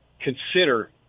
consider